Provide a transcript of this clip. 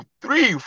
three